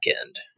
end